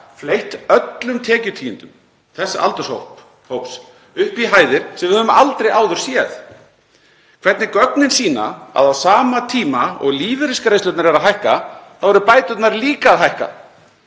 fleytt öllum tekjutíundum þess aldurshóps upp í hæðir sem við höfum aldrei áður séð, hvernig gögnin sýna að á sama tíma og lífeyrisgreiðslurnar eru að hækka eru bæturnar líka að hækka,